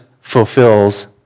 fulfills